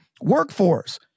Workforce